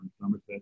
Somerset